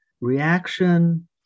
reaction